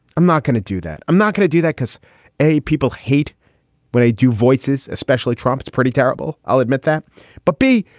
i'm not going to do that. i'm not going to do that. cause a people hate when i do voices, especially trump. trump's pretty terrible. i'll admit that but b,